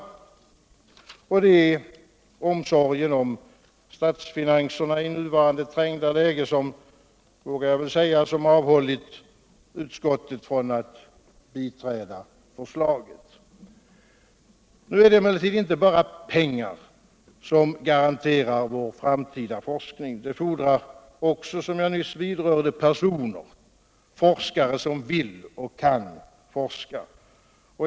Jag vågar säga att det är omsorgen om statsfinanserna I nuvarande trängda läge som avhållit utskottet från att biträda förslaget. Men det är inte bara pengar som garanterar vår framtida forskning. Det fordras också, som jag nyss berörde, personer — forskare som vill och kan forska.